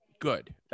Good